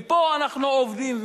ופה אנחנו עובדים,